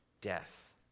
death